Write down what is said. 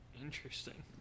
Interesting